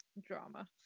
drama